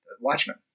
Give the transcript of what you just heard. Watchmen